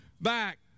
back